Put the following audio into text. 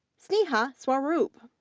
sneha and swaroop,